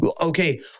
Okay